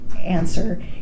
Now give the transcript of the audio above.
answer